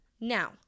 Now